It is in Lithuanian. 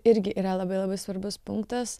irgi yra labai labai svarbus punktas